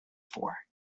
for